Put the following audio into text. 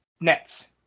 Nets